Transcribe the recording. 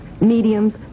mediums